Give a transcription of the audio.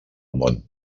món